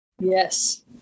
Yes